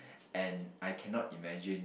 and I cannot imagine